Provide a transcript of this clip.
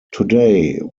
today